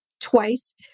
twice